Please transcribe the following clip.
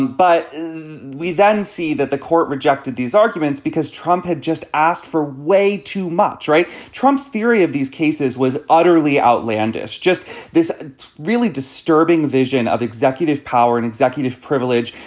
but we then see that the court rejected these arguments because trump had just asked for way too much. right. trump's theory of these cases was utterly outlandish. just this really disturbing vision of executive power and executive privilege,